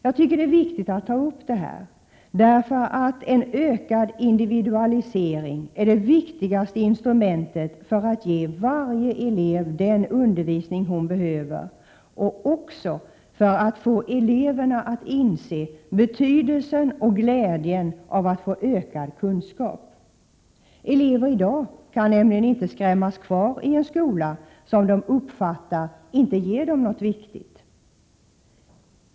Jag tycker att det är viktigt att ta upp detta, därför att en ökad individualisering är det viktigaste instrumentet för att ge varje elev den undervisning hon eller han behöver och också för att få eleverna att inse betydelsen och glädjen av att få ökad kunskap. Dagens elever kan nämligen inte skrämmas kvar i en skola som enligt deras uppfattning inte ger dem något viktigt.